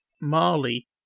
Marley